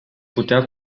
putea